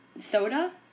soda